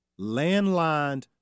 Landlined